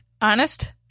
Honest